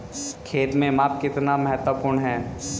खेत में माप कितना महत्वपूर्ण है?